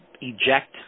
eject